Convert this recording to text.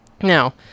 Now